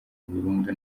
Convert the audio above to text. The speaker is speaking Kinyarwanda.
burundu